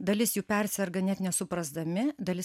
dalis jų perserga net nesuprasdami dalis